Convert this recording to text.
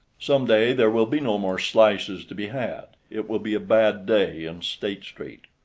some day there will be no more slices to be had. it will be a bad day in state street.